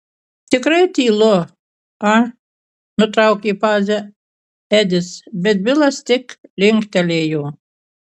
tikrai tylu a nutraukė pauzę edis bet bilas tik linktelėjo